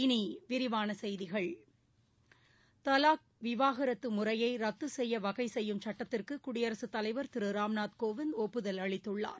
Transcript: இனிவிரிவானசெய்திகள் விவாகரத்துமுறையைரத்துசெய்யவகைசெய்யும் சட்டத்திற்குகுடியரசுத் தலாக் தலைவர் திருராம்நாத் கோவிந்த் ஒப்புதல் அளித்துள்ளார்